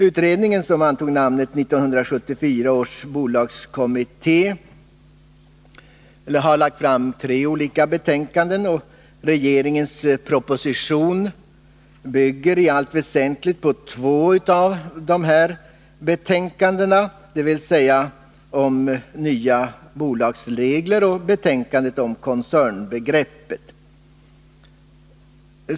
Utredningen, som antog namnet 1974 års bolagskommitté, har lagt fram tre olika betänkanden. Regeringens proposition bygger i allt väsentligt på två av dessa utredningsbetänkanden, nämligen betänkandet om nya bolagsregler och betänkandet om koncernbegreppet.